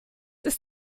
ist